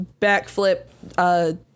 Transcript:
backflip